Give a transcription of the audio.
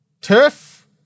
turf